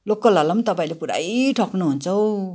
लोकलहरूलाई पनि तपाईँहरूले पुरै ठग्नुहुन्छ हौ